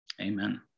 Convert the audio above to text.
Amen